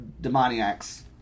demoniacs